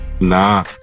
Nah